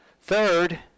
Third